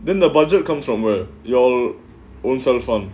then the budget comes from where your own self ah